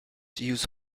use